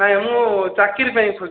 ନାଇଁ ମୁଁ ଚାକିରୀ ପାଇଁ ଖୋଜୁଛି